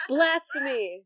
Blasphemy